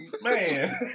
Man